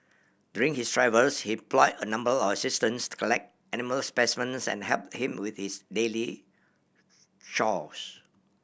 during his travels he employ a number of assistants to collect animal specimens and help him with his daily chores